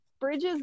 bridges